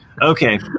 Okay